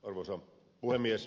arvoisa puhemies